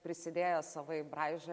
prisidėjo savaip braižė